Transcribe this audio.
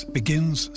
begins